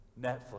Netflix